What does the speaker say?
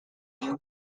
new